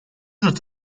not